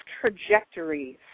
trajectories